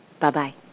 Bye-bye